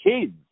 kids